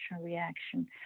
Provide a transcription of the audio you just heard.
reaction